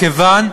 מכיוון,